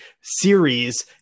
series